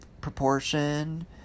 proportion